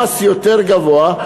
המס יותר גבוה,